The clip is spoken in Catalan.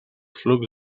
flux